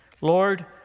Lord